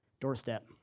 doorstep